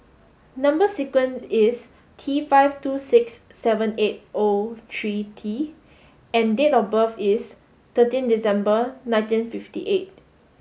number sequence is T five two six seven eight O three T and date of birth is thirteen December nineteen fifty eight